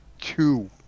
two